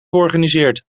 georganiseerd